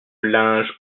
linge